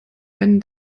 wenn